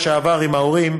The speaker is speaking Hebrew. ההורים,